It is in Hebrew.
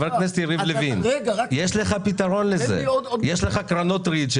יש לך קרנות ריט.